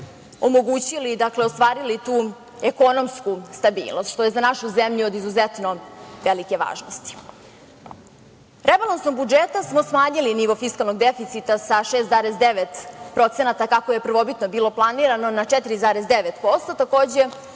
omogućili, dakle, ostvarili tu ekonomsku stabilnost, što je za našu zemlju od izuzetno velike važnosti. Rebalansom budžeta smo smanjili nivo fiskalnog deficita sa 6,9%, kako je prvobitno bilo planirano, na 4,9%. Takođe,